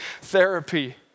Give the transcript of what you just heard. therapy